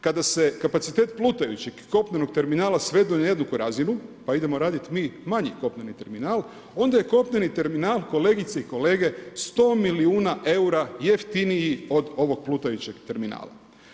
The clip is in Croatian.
Kada se kapacitet plutajućeg i kopnenog terminala svedu na jednaku razinu, pa idemo raditi mi manji kopneni terminal, onda je kopneni terminal, kolegice i kolege 100 milijuna eura jeftiniji od ovog plutajućeg terminala.